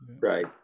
Right